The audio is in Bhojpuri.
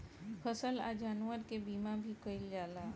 फसल आ जानवर के बीमा भी कईल जाला